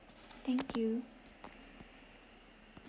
thank you